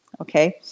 okay